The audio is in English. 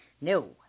No